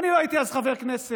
אני לא הייתי אז חבר כנסת.